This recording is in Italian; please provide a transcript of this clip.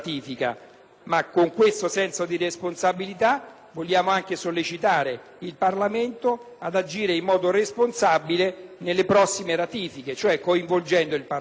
con questo senso di responsabilità vogliamo anche sollecitare il Parlamento ad agire in modo responsabile nelle prossime ratifiche, coinvolgendo il Parlamento,